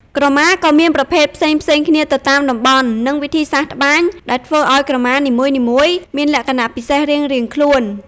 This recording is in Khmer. ក្រមាក៏មានប្រភេទផ្សេងៗគ្នាទៅតាមតំបន់ និងវិធីសាស្រ្តត្បាញ ដែលធ្វើឲ្យក្រមានីមួយៗមានលក្ខណៈពិសេសរៀងៗខ្លួន។